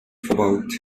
verbaut